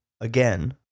again